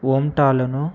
ఓంటాలను